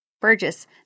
Burgess